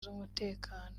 z’umutekano